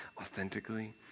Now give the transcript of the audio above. authentically